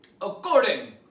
According